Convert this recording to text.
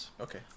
Okay